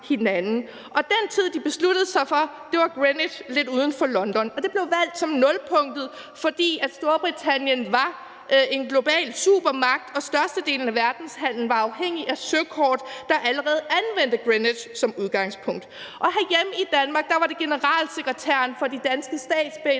Og den tid, de besluttede sig for, var Greenwich lidt uden for London. Det blev valgt som nulpunktet, fordi Storbritannien var en global supermagt og størstedelen af verdenshandelen var afhængig af søkort, der allerede anvendte Greenwich som udgangspunkt. Herhjemme i Danmark var generalsekretæren for De danske Statsbaner